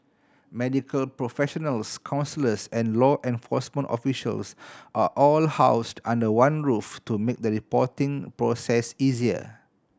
medical professionals counsellors and law enforcement officials are all housed under one roof to make the reporting process easier